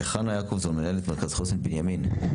חנה יעקובסון, מנהלת מרכז חוסן בנימין.